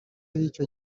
b’icyo